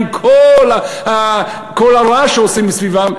עם כל הרעש שעושים מסביבם,